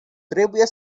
trebuie